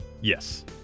Yes